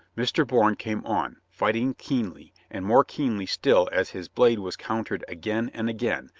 mr. bourne came on, fighting keenly, and more keenly still as his blade was countered again and again,